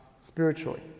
spiritually